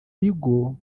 bigo